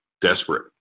desperate